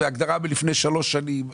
הגדרה של לפני שלוש שנים.